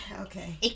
Okay